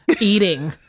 eating